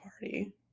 party